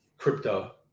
crypto